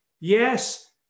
Yes